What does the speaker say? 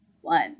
one